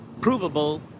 provable